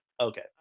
Okay